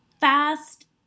fast